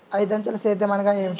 ఐదంచెల సేద్యం అనగా నేమి?